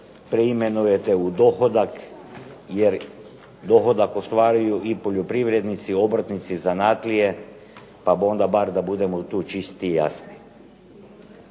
preimenujete u dohodak, jer dohodak ostvaruju i poljoprivrednici, obrtnici, zanatlije, pa bu onda bar da budemo tu čisti i jasni.